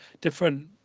different